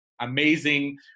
amazing